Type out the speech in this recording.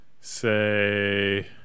Say